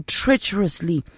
treacherously